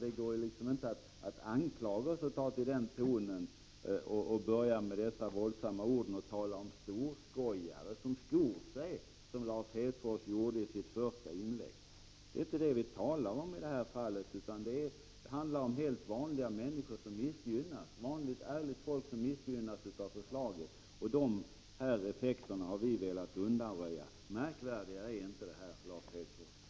Det går liksom inte att anklaga oss och tala om storskojare som skor sig, som Lars Hedfors gjorde i sitt första inlägg. Det är inte detta som det handlar om, utan det handlar om att vanligt, ärligt folk missgynnas av förslaget. De effekterna har vi velat undanröja. Märkvärdigare är det inte, Lars Hedfors.